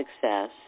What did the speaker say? success